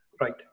right